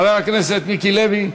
חבר הכנסת מיקי לוי,